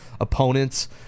opponents